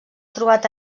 trobat